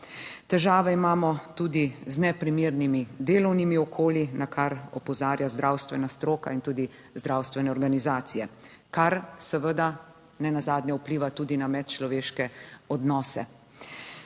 Težave imamo tudi z neprimernimi delovnimi okolji, na kar opozarja zdravstvena stroka in tudi zdravstvene organizacije, kar seveda nenazadnje vpliva tudi na medčloveške odnose.